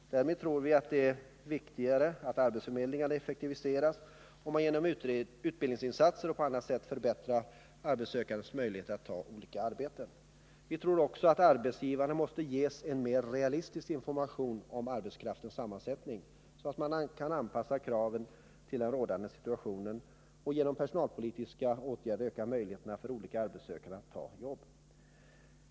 Däremot tror vi att det är viktigt att arbetsförmedlingen effektiviseras och att man genom utbildningsinsatser och på annat sätt förbättrar de arbetssökandes möjligheter att ta olika arbeten. Vi tror också att arbetsgivarna måste ge oss en mer realistisk information om arbetskraftens sammansättning, så att man kan anpassa kraven till den rådande situationen och genom personalpolitiska åtgärder öka möjligheten för olika arbetssökande att ta jobb.